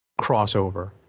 crossover